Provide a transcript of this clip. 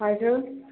हजुर